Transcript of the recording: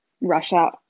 Russia